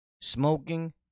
Smoking